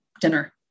dinner